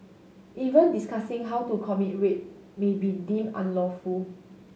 even discussing how to commit rape may be deemed unlawful